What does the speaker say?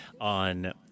on